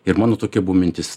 ir mano tokia mintis